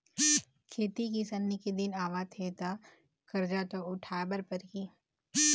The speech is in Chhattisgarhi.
खेती किसानी के दिन आवत हे त करजा तो उठाए बर परही